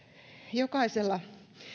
jokaisella